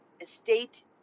estate